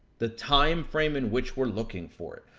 the timeframe in which we're looking for it.